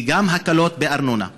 וגם הקלות בארנונה.